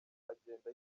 agenda